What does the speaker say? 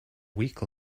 week